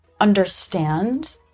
understand